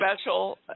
special